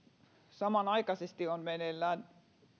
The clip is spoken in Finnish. samanaikaisesti on meneillään